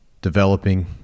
developing